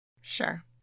Sure